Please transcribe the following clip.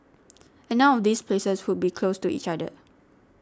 and none of these places would be close to each other